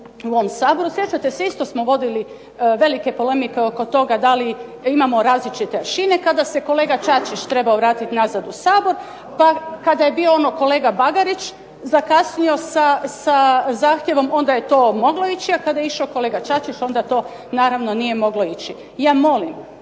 sjećate se isto smo vodili velike polemike oko toga da li imamo različite aršine kada se kolega Čačić trebao vratiti nazad u Sabor, pa kada je bio ono kolega Bagarić zakasnio sa zahtjevom onda je to moglo ići, a kada je išao kolega Čačić onda to naravno nije moglo ići. Ja molim